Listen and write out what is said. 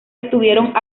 estuvieron